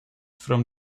from